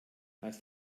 als